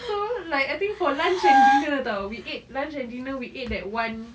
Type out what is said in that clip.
so like I think for lunch and dinner [tau] we ate lunch and dinner we ate that [one]